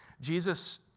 Jesus